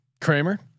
Kramer